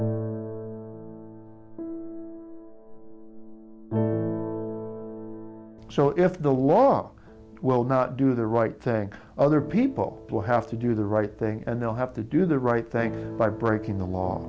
thing and they'll have to do the right thing by breaking the law